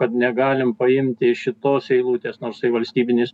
kad negalim paimti iš šitos eilutės nors jisai valstybinis